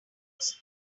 use